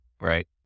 right